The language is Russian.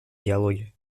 диалоге